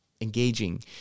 engaging